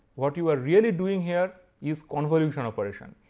what you are really doing here is convolution operation,